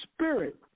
spirit